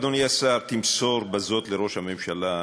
אדוני השר, תמסור בזאת לראש הממשלה,